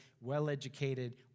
well-educated